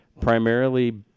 primarily